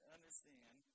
Understand